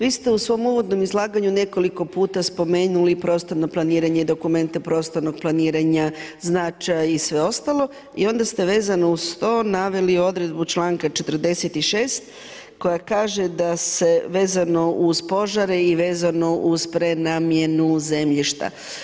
Vi ste u svom uvodnom izlaganju nekoliko puta spomenuli prostorno planiranje, dokumente prostornog planiranja, značaj i sve ostalo i onda ste vezano uz to naveli odredbu članka 46. koja kaže da se vezano uz požare i vezano uz prenamjenu zemljišta.